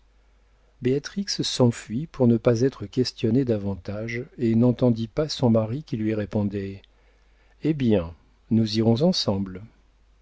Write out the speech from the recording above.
s'enfuit pour ne pas être questionnée davantage et n'entendit pas son mari qui lui répondait eh bien nous irons ensemble